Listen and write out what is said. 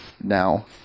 now